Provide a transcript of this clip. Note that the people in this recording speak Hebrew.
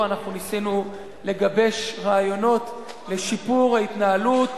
ניסינו לגבש רעיונות לשיפור ההתנהלות